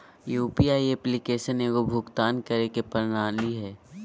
UPI application एगो भुक्तान करे के प्रणाली हइ